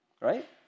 right